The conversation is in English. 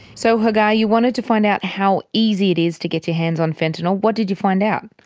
so hagar, you wanted to find out how easy it is to get your hands on fentanyl. what did you find out?